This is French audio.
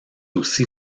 aussi